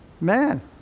Man